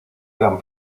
eran